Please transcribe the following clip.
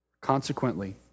Consequently